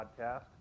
podcast